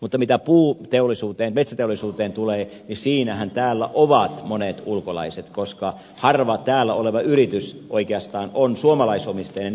mutta mitä puuteollisuuteen metsäteollisuuteen tulee niin siinähän täällä ovat monet ulkolaiset koska harva täällä oleva yritys oikeastaan on suomalaisomisteinen